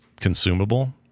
consumable